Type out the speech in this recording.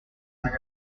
c’est